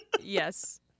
Yes